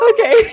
Okay